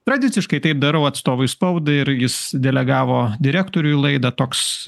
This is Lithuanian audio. tradiciškai taip darau atstovui spaudai ir jis delegavo direktoriui laidą toks